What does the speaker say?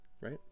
Right